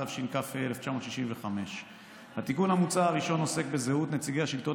התשכ"ה 1965. התיקון המוצע הראשון עוסק בזהות נציגי השלטון